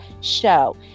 show